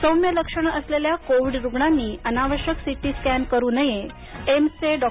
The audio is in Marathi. सौम्य लक्षणं असलेल्या कोविड रुग्णांनी अनावश्यक सिटी स्कॅन करू नयेत एम्सचे डॉ